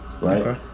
right